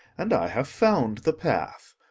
and i have found the path.